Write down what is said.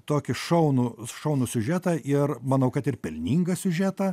tokį šaunų šaunų siužetą ir manau kad ir pelningą siužetą